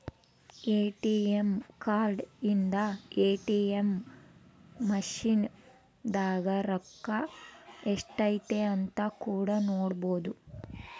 ATM card ಇಂದ ATM machine ದಾಗ ರೊಕ್ಕ ಎಷ್ಟೈತೆ ಅಂತ ಕೂಡ ನೊಡ್ಬೊದು